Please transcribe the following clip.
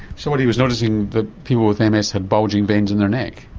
so what he was noticing that people with ah ms had bulging veins in their neck?